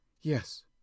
Yes